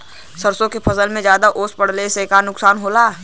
सरसों के फसल मे ज्यादा ओस पड़ले से का नुकसान होला?